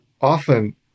often